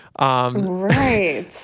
Right